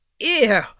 Ew